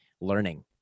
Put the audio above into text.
learning